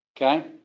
Okay